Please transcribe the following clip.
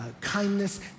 kindness